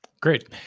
Great